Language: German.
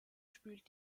spült